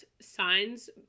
signs